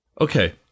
Okay